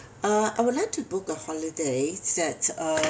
uh I would like to book a holiday at uh